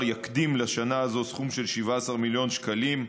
יקדים לשנה הזאת סכום של 17 מיליון שקלים,